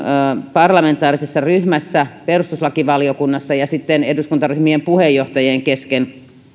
parlamentaarisessa ryhmässä perustuslakivaliokunnassa ja sitten eduskuntaryhmien puheenjohtajien kesken